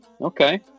okay